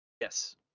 Yes